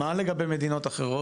מה לגבי מדינות אחרות?